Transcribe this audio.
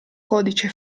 codice